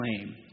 claim